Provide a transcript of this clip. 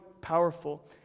powerful